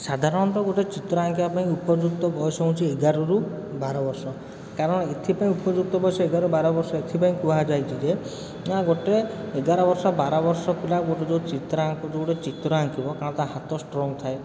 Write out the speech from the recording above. ସାଧାରଣତଃ ଗୋଟେ ଚିତ୍ର ଅଙ୍କିବା ପାଇଁ ଉପଯୁକ୍ତ ବୟସ ହେଉଛି ଏଗାରରୁ ବାରବର୍ଷ କାରଣ ଏଥିପାଇଁ ଉପଯୁକ୍ତ ବୟସ ଏଗାରରୁ ବାରବର୍ଷ ଏଥିପାଇଁ କୁହାଯାଇଛି ଯେ କାରଣ ଗୋଟେ ଏଗାରବର୍ଷ ବାରବର୍ଷ ପିଲା ମାନେ ଯେଉଁ ଚିତ୍ର ଆଙ୍କିବ ତା' ହାତ ଷ୍ଟ୍ରଙ୍ଗ ଥାଏ